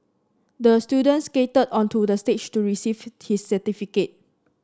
the student skated onto the stage to receive his certificate